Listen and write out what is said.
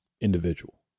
individual